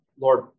Lord